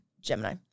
Gemini